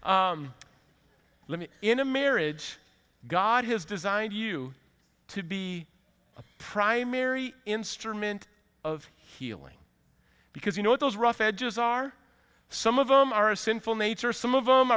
let me in a marriage god has designed you to be a primary instrument of healing because you know what those rough edges are some of them are a sinful nature some of